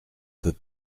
peut